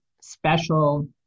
special